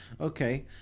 Okay